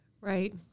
Right